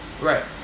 right